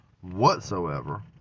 whatsoever